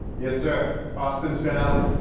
yes, sir, austin's been out,